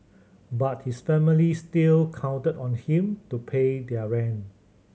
but his family still counted on him to pay their rent